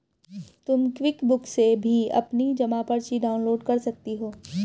तुम क्विकबुक से भी अपनी जमा पर्ची डाउनलोड कर सकती हो